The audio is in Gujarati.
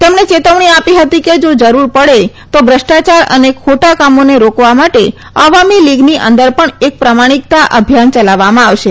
તેમણે ચેતવણી આપી હતી કે જા જરૂર પડે તો ભ્રષ્ટાચાર અને ખોટા કામોને રોકવા માટે અવામી લીગની અંદર પણ એક પ્રામાણિકતા અભિયાન યલાવવામાં આવશે